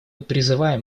призываем